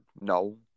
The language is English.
no